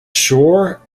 shore